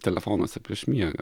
telefonuose prieš miegą